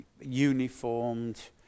uniformed